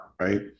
right